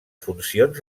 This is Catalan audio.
funcions